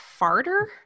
Farter